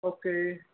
okay